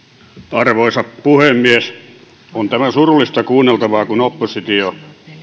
arvoisa puhemies on tämä surullista kuunneltavaa kun oppositio